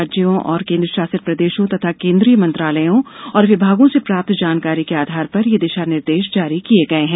राज्यों और केन्द्रशासित प्रदेशों तथा केन्द्रीय मंत्रालयों और विभागों से प्राप्त जानकारी के आधार पर ये दिशा निर्देश जारी किए गए हैं